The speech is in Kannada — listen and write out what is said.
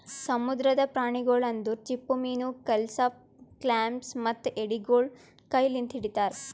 ಸಮುದ್ರದ ಪ್ರಾಣಿಗೊಳ್ ಅಂದುರ್ ಚಿಪ್ಪುಮೀನು, ಕೆಲ್ಪಸ್, ಕ್ಲಾಮ್ಸ್ ಮತ್ತ ಎಡಿಗೊಳ್ ಕೈ ಲಿಂತ್ ಹಿಡಿತಾರ್